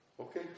Okay